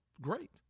great